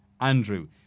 Andrew